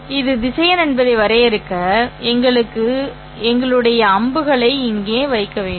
இது திசையன் என்பதை வரையறுக்க எங்களுடைய அம்புகளை இங்கே வைக்க வேண்டும்